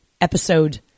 Episode